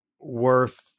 worth